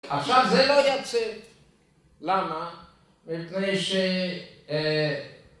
עכשיו זה לא יצא. למה? מפני ש...